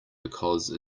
because